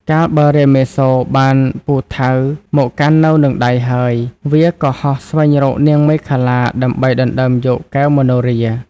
កាលបើរាមាសូរបានពូថៅមកកាន់នៅនឹងដៃហើយ វាក៏ហោះស្វែងរកនាងមេខលា ដើម្បីដណ្តើមយកកែវមនោហរា។